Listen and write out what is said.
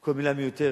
כל מלה מיותרת.